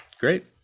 great